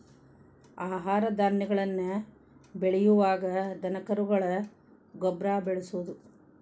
ಆಹಾರ ಧಾನ್ಯಗಳನ್ನ ಬೆಳಿಯುವಾಗ ದನಕರುಗಳ ಗೊಬ್ಬರಾ ಬಳಸುದು